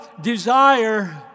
desire